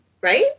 right